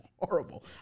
horrible